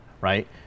right